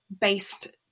based